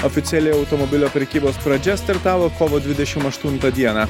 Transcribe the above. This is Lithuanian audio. oficiali automobilio prekybos pradžia startavo kovo dvidešim aštuntą dieną